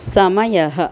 समयः